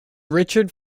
richard